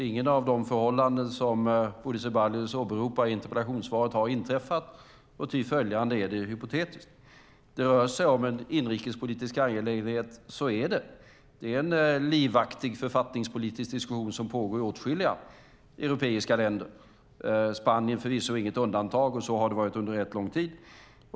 Inget av de förhållanden som Bodil Ceballos åberopar i interpellationen har inträffat, och ty följande är det hypotetiskt. Det rör sig om en inrikespolitisk angelägenhet, så är det. Det pågår en livaktig författningspolitisk diskussion i åtskilliga europeiska länder, Spanien förvisso inget undantag, och så har det varit under en rätt lång tid.